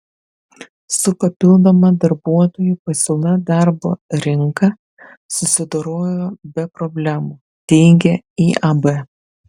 su papildoma darbuotojų pasiūla darbo rinka susidorojo be problemų teigia iab